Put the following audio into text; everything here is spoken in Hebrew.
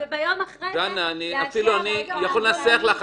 וביום אחרי זה לאשר את הארכת ההתיישנות.